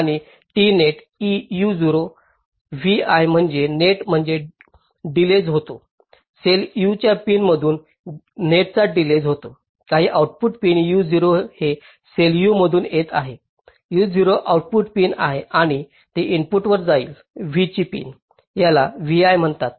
आणि T net e uo vi म्हणजे net म्हणजे डिलेज होतो सेल u च्या पिनमधून नेटचा डिलेज होतो काही आउटपुट पिन u0 हे सेल u मधून येत आहे u0 आऊटपुट पिन आहे आणि ते इनपुटवर जाईल v ची पिन याला vi म्हणतात